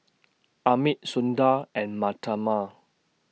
Amit Sundar and Mahatma